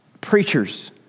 preachers